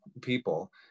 people